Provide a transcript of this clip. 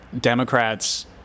democrats